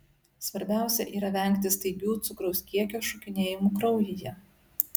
svarbiausia yra vengti staigių cukraus kiekio šokinėjimų kraujyje